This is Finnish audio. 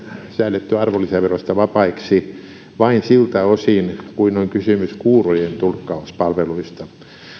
säädetty arvonlisäverosta vapaiksi vain siltä osin kuin on kysymys kuurojen tulkkauspalveluista